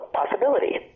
possibility